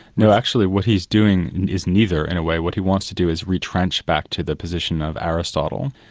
no, actually what he's doing is neither, in a way. what he wants to do is retrench back to the position of aristotle,